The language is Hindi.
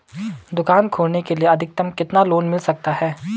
दुकान खोलने के लिए अधिकतम कितना लोन मिल सकता है?